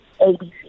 ABC